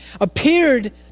appeared